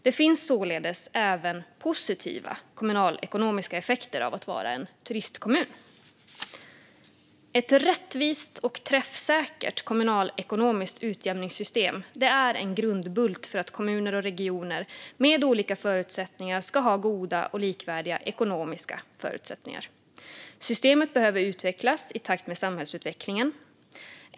Det finns således även positiva kommunalekonomiska effekter av att vara en turistkommun. Ett rättvist och träffsäkert kommunalekonomiskt utjämningssystem är en grundbult för att kommuner och regioner med olika förutsättningar ska ha goda och likvärdiga ekonomiska förutsättningar. Systemet behöver utvecklas i takt med samhällsutvecklingen.